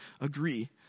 agree